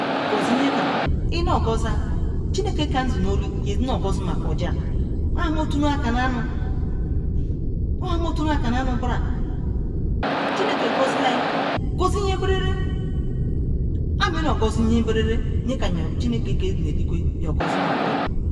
Gozi yeleam ino gozia chine ke iea zi nu ohu ye zi nu zimakol ohan mo turam comno ohan motu gal anno bral chinesce gozila gozi Jin berala am inogozi yin berala chineke kezinu eligwe yo gozi.